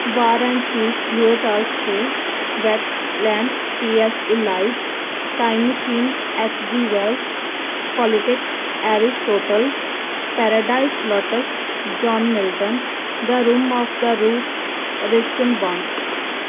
war and face ਲਿਓ ਟਾਸਰੇ vets land P S elite time machine H ਜੀ Wales politics ਐਰਿਜ total paradise lotus zone Milton the room of the roots risk and ਬੌਂਟ